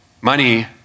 Money